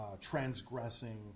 transgressing